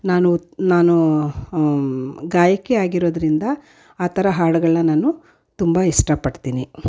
ನಾನು ನಾನು ಗಾಯಕಿ ಆಗಿರೋದ್ರಿಂದ ಆ ಥರ ಹಾಡುಗಳನ್ನಾ ನಾನು ತುಂಬ ಇಷ್ಟಪಡ್ತೀನಿ